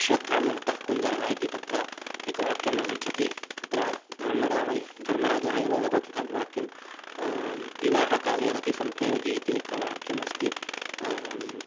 अश्वत्थामो हतः कुञ्जरः इति तत्र एकवाक्यम् आगच्छति तत्र धर्मराय धर्मराजः एव वदति तद्वाक्यं विवाहकाले रतिसम्प्रयोगे इति एकवाक्यम् अस्ति